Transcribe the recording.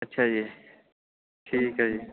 ਅੱਛਾ ਜੀ ਠੀਕ ਹੈ ਜੀ